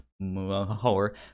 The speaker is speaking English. more